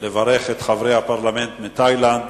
לברך את חברי הפרלמנט מתאילנד